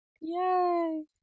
Yay